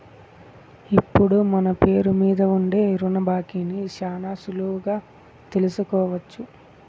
ఇప్పుడు మన పేరు మీద ఉండే రుణ బాకీని శానా సులువుగా తెలుసుకోవచ్చు